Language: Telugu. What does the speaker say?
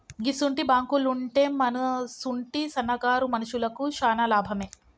గిసుంటి బాంకులుంటే మనసుంటి సన్నకారు మనుషులకు శాన లాభమే